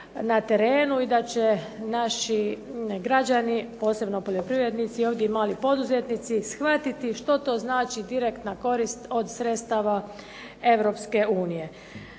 na terenu i da će naši građani posebno poljoprivrednici ovdje i mali poduzetnici shvatiti što to znači direktna korist od sredstava od Europske unije.